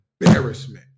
embarrassment